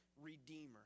redeemer